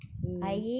mm